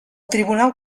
tribunal